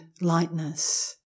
lightness